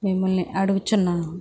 మిమ్మల్ని అడుగుచున్నాం